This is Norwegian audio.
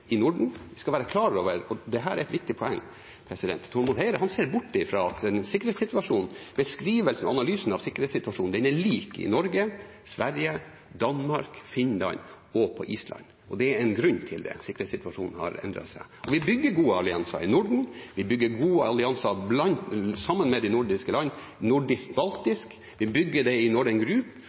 i Norden. Vi skal være klar over – og dette er et viktig poeng – at Tormod Heier ser bort fra at beskrivelsen og analysen av sikkerhetssituasjonen er lik i Norge, Sverige, Danmark, Finland og på Island. Det er en grunn til det. Sikkerhetssituasjonen har endret seg. Vi bygger gode allianser i Norden, vi bygger gode allianser sammen med de nordiske land, nordisk-baltisk, vi bygger det i